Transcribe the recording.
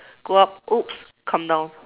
go up oh come down